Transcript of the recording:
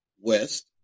West